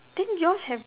then yours have